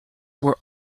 were